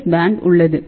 S band உள்ளது